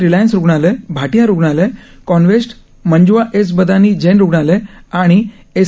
Reliance रुग्णालय भाटिया रुग्णालय Conwest Manjula S Badani Jain रुग्णालय आणि एस